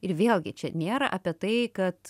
ir vėlgi čia nėra apie tai kad